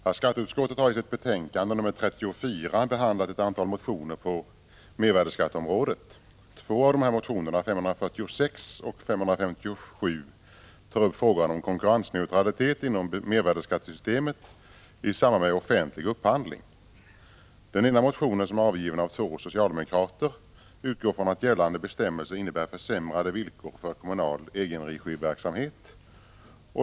Herr talman! Skatteutskottet har i sitt betänkande nr 34 behandlat ett antal motioner på mervärdeskatteområdet. Två av dessa motioner, nr 546 och 557, tar upp frågan om konkurrensneutralitet inom mervärdeskattesystemet i samband med offentlig upphandling. Den ena motionen, som är avgiven av två socialdemokrater, utgår från att gällande bestämmelser innebär försämrade villkor för kommunal egenregiverksamhet.